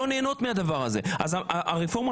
הישיבה ננעלה בשעה 13:15.